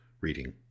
reading